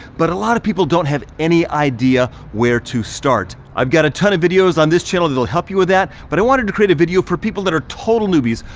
but a lot of people don't have any idea where to start. i've got a ton of videos on this channel that will help you with that. but i wanted to create a video for people that are total newbies,